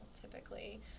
typically